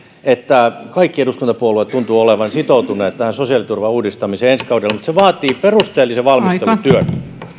että kaikki eduskuntapuolueet tuntuvat olevan sitoutuneita sosiaaliturvan uudistamiseen ensi kaudella mutta se vaatii perusteellisen valmistelutyön